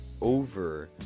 over